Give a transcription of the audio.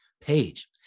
page